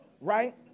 right